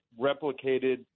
replicated